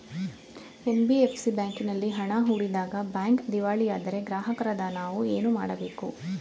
NBFC ಬ್ಯಾಂಕಿನಲ್ಲಿ ಹಣ ಹೂಡಿದಾಗ ಬ್ಯಾಂಕ್ ದಿವಾಳಿಯಾದರೆ ಗ್ರಾಹಕರಾದ ನಾವು ಏನು ಮಾಡಬೇಕು?